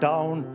down